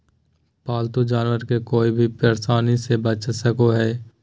पालतू जानवर के कोय भी परेशानी से बचा सको हइ